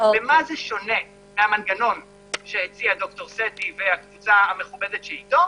במה זה שונה מהמנגנון שהציג ד"ר סטי והקבוצה המכובדת שאיתו?